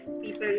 people